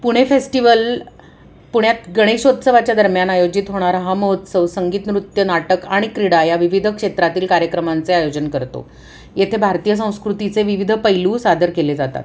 Pune festival पुण्यात गणेशोत्सवाच्या दरम्यान आयोजित होणारा हा महोत्सव संगीत नृत्य नाटक आणि क्रीडा या विविध क्षेत्रातील कार्यक्रमांचे आयोजन करतो येथे भारतीय संस्कृतीचे विविध पैलू सादर केले जातात